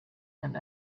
and